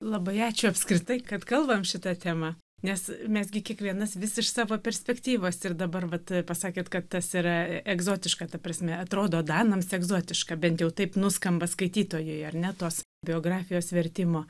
labai ačiū apskritai kad kalbam šita tema nes mes gi kiekvienas vis iš savo perspektyvos ir dabar vat pasakėt kad tas yra egzotiška ta prasme atrodo danams egzotiška bent jau taip nuskamba skaitytojui ar ne tos biografijos vertimo